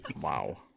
Wow